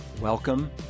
Welcome